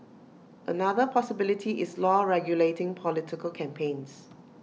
another possibility is law regulating political campaigns